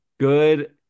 Good